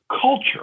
culture